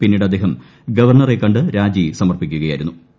പിന്നീട് അദ്ദേഹം ഗവർണറെ കണ്ട് രാജി സമർപ്പിച്ചു